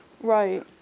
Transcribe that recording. Right